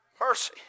Mercy